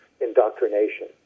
indoctrination